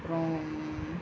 அப்புறோம்